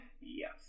Yes